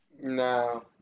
No